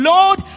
Lord